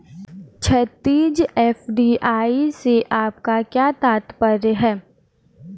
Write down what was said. क्षैतिज, एफ.डी.आई से आपका क्या तात्पर्य है?